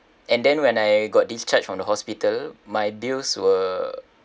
and then when I got discharged from the hospital my bills were